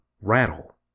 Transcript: rattle